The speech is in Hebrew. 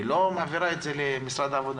לא מעבירה את זה למשרד העבודה.